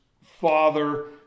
father